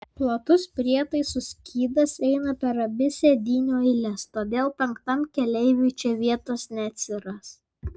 platus prietaisų skydas eina per abi sėdynių eiles todėl penktajam keleiviui čia vietos neatsiras